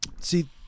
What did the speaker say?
See